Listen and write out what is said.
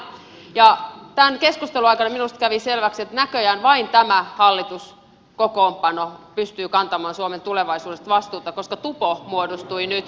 tämän keskustelun aikana minusta kävi selväksi että näköjään vain tämä hallituskokoonpano pystyy kantamaan suomen tulevaisuudesta vastuuta koska tupo muodostui nyt